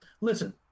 Listen